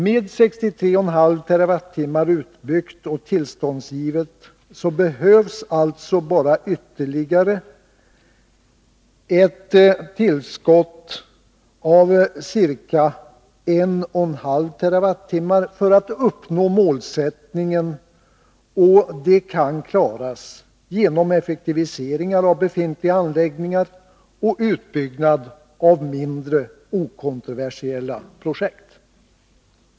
Med 63,5 TWh utbyggt och tillståndsgivet behövs alltså bara ytterligare ett tillskott av ca 1,5 TWh för att uppnå målet, och det kan klaras genom effektiviseringar av befintliga anläggningar och utbyggnad av vissa mindre, okontroversiella projekt.